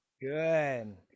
Good